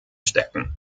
stecken